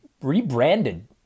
rebranded